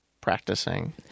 practicing